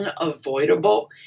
unavoidable